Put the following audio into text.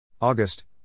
August